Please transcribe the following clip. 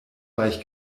weich